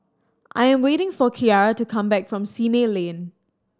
I am waiting for Kiara to come back from Simei Lane